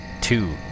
two